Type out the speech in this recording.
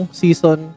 season